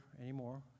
anymore